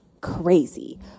crazy